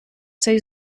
цей